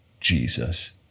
Jesus